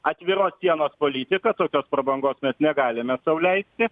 atviros sienos politiką tokios prabangos mes negalime sau leisti